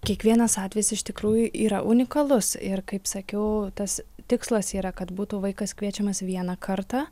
kiekvienas atvejis iš tikrųjų yra unikalus ir kaip sakiau tas tikslas yra kad būtų vaikas kviečiamas vieną kartą